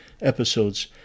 Episodes